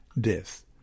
death